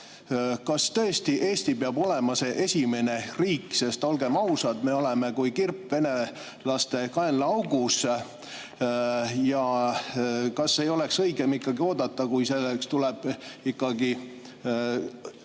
kas tõesti Eesti peab olema see esimene riik? Sest olgem ausad, me oleme kui kirp venelaste kaenlaaugus. Kas ei oleks õigem ikkagi oodata, kui selleks tuleb kõrge